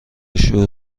شور